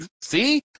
see